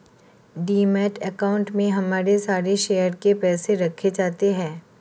demat account में हमारे सारे शेयर के पैसे रखे जाते हैं